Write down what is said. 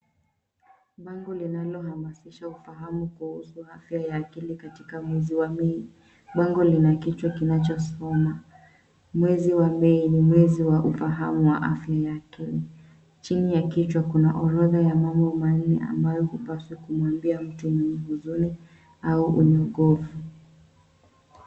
Bango linalohamasisha ufahamu kuhusu afya ya akili katika mwezi wa May . Bango lina kichwa kinachosoma mwezi wa May ni mwezi wa ufahamu wa afya ya akili. Chini ya kichwa kuna orodha ya mambo manne ambayo hupaswi kumwambia mtu mwenye huzuni au enye ugomvi.